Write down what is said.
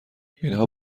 اینها